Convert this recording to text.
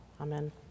Amen